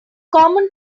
common